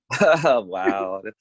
Wow